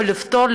ולפתור,